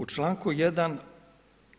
U članku